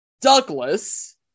Douglas